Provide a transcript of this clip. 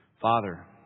Father